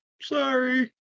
sorry